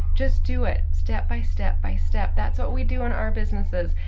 just do it step by step by step. that's what we do in our businesses,